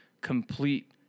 complete